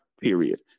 period